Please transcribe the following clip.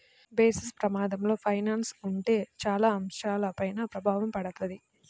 basis ప్రమాదంలో finance ఉంటే చాలా అంశాలపైన ప్రభావం పడతది